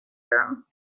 room